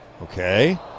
Okay